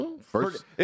First